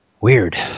weird